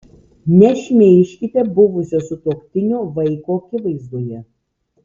nešmeižkite buvusio sutuoktinio vaiko akivaizdoje